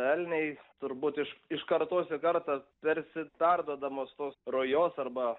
elniai turbūt iš iš kartos į kartą tarsi perduodamas po rujos arba